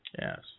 Yes